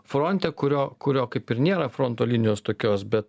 fronte kurio kurio kaip ir nėra fronto linijos tokios bet